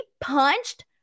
punched